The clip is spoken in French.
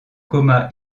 coma